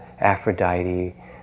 Aphrodite